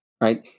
right